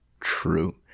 true